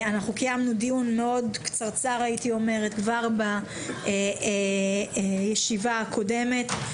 אנחנו קיימנו דיון מאוד קצרצר הייתי אומרת כבר בישיבה הקודמת,